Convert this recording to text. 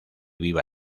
viva